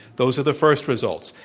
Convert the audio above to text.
those are the first results.